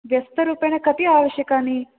व्यस्तरूपेण कति आवश्यकानि